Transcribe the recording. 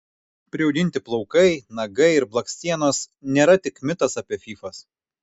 priauginti plaukai nagai ir blakstienos nėra tik mitas apie fyfas